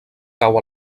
cau